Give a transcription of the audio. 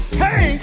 hey